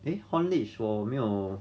eh haulage 我没有